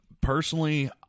personally